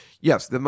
Yes